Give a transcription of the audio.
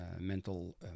mental